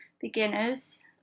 beginners